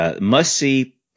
Must-see